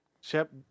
Shep